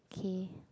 K